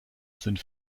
sind